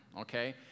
okay